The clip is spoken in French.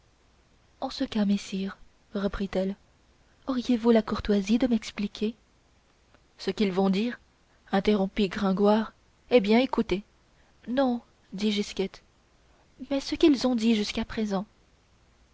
en ce cas messire reprit-elle auriez-vous la courtoisie de m'expliquer ce qu'ils vont dire interrompit gringoire eh bien écoutez non dit gisquette mais ce qu'ils ont dit jusqu'à présent